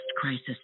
crisis